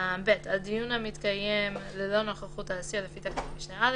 על דיון המתקיים ללא נוכחות האסיר לפי תקנת משנה (א),